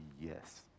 yes